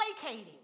placating